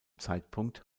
zeitpunkt